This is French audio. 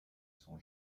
son